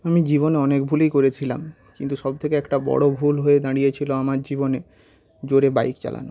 আমি জীবনে অনেক ভুলই করেছিলাম কিন্তু সব থেকে একটা বড়ো ভুল হয়ে দাঁড়িয়েছিলো আমার জীবনে জোরে বাইক চালানো